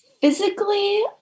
Physically